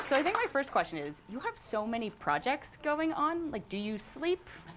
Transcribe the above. so think my first question is, you have so many projects going on like, do you sleep?